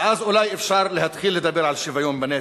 ואז אולי אפשר להתחיל לדבר על שוויון בנטל.